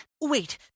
Wait